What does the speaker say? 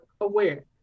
aware